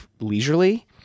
leisurely